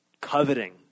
Coveting